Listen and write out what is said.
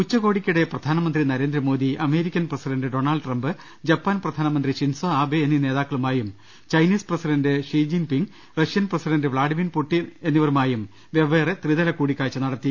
ഉച്ചകോടിക്കിടെ പ്രധാനമന്ത്രി നരേന്ദ്രമോദി അമേരിക്കൻ പ്രസി ഡന്റ് Donald Trump Japan പ്രധാനമന്ത്രി ഷിൻസോ ആബേ എന്നീ നേതാക്കളുമായും Chinese president ഷീജിൻ ping Russian president Vladimir Putin എന്നിവരുമായും വെവ്വേറെ ത്രിതല കൂടിക്കാഴ്ച നട ത്തി